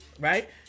right